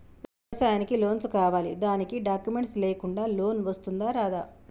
వ్యవసాయానికి లోన్స్ కావాలి దానికి డాక్యుమెంట్స్ లేకుండా లోన్ వస్తుందా రాదా?